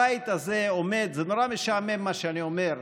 הבית הזה עומד, זה נורא משעמם מה שאני אומר,